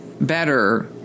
Better